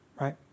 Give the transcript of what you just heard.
right